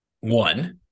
One